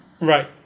Right